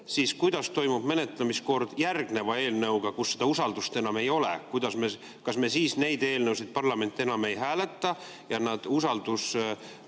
siis kuidas toimub menetlemine järgneva eelnõu puhul, kui seda usaldust enam ei ole? Kas siis neid eelnõusid parlament enam ei hääleta ja usaldusformaadi